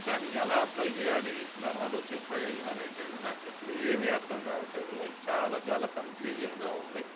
దాన్ని ఎలా అప్లై చేయాలి దాని వల్ల వచ్చే ప్రయోజనాలు ఏంటి అనేది నాకు అసలు ఏమి అర్ధం కావట్లేదు అది చాలా చాలా కన్ఫ్యూజన్గా ఉంది